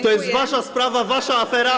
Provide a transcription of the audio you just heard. To jest wasza sprawa, wasza afera.